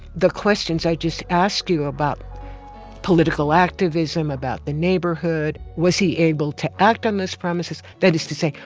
the questions i just ask you about political activism, about the neighborhood was he able to act on those promises? that is to say,